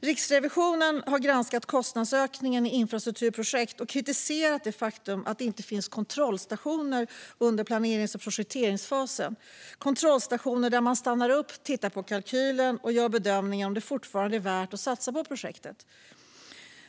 Riksrevisionen har granskat kostnadsökningen i infrastrukturprojekt och kritiserat det faktum att det inte finns kontrollstationer under planerings och projekteringsfasen. Det behövs kontrollstationer där man stannar upp, tittar på kalkylen och gör bedömningen om det fortfarande är värt att satsa på projektet.